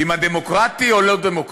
אם אני דמוקרטי או לא דמוקרטי,